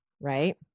right